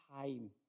time